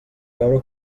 veure